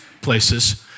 places